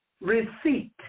receipt